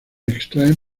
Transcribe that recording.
extraen